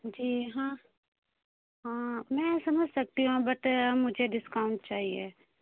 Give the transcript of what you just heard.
جی ہاں ہاں میں سمجھ سکتی ہوں بٹ مجھے ڈسکاؤنٹ چاہیے